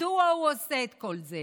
מדוע הוא עושה את כל זה?